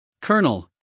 Colonel